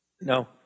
No